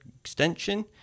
extension